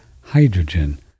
hydrogen